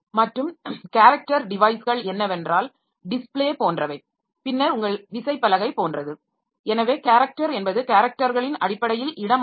மற்றும் கேரக்டர் டிவைஸ்கள் என்னவென்றால் டிஸ்பிலே போன்றவை பின்னர் உங்கள் விசைப்பலகை போன்றது எனவே கேரக்டர் என்பது கேரக்டர்களின் அடிப்படையில் இடமாற்றங்கள்